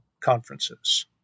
conferences